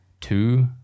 two